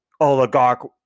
Oligarch